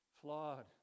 flawed